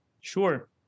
Sure